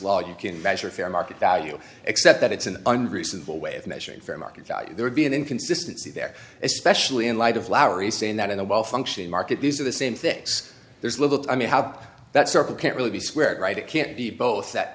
law you can measure fair market value except that it's an undue simple way of measuring fair market value there would be an inconsistency there especially in light of lowry saying that in a well functioning market these are the same thinks there's little i mean how that circle can't really be squared right it can't be both that